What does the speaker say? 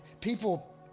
people